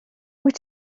wyt